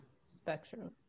spectrum